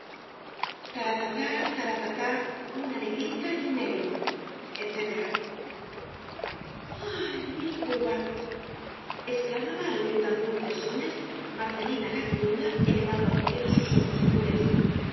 tara ta ta tara ta ta una negrita y un negro etc ah mi cuba exclamaba al oir tan dulces sones marcelina la criolla elevando al cielo sus ojos azules